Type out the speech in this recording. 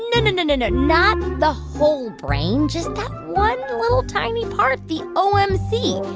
and no, no, no, not the whole brain, just one little, tiny part, the omc,